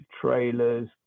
trailers